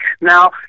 now